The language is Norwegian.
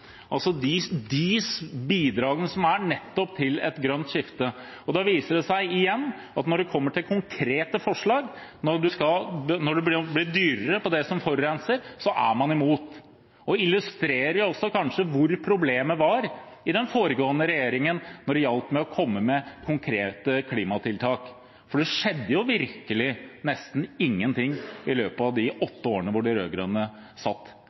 altså de bidragene som er nettopp til et grønt skifte. Da viser det seg igjen at når det kommer til konkrete forslag, når det blir dyrere på det som forurenser, er man imot. Det illustrerer vel også hvor problemet var i den foregående regjeringen når det gjaldt å komme med konkrete klimatiltak, for det skjedde virkelig nesten ingenting i løpet av de åtte årene de rød-grønne satt.